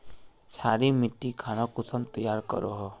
क्षारी मिट्टी खानोक कुंसम तैयार करोहो?